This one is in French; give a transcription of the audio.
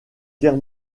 guerre